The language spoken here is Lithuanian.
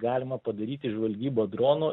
galima padaryti žvalgybą dronu